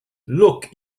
look